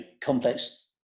complex